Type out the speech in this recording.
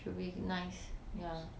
should be nice ya